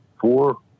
four